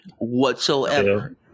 whatsoever